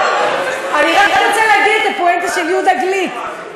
אני רק רוצה להגיד את הפואנטה של יהודה גליק.